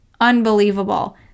unbelievable